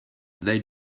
they